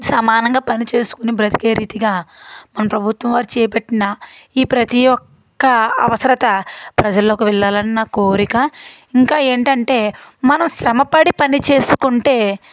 సమానంగా పనిచేసుకొని బ్రతికే రీతిగా మన ప్రభుత్వం వారు చేపట్టిన ఈ ప్రతీ ఒక్క అవసరత ప్రజల్లోకి వెళ్ళాలని నా కోరిక ఇంకా ఏంటంటే మనం శ్రమపడి పని చేసుకుంటే